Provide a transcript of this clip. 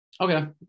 Okay